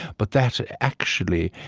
but that actually,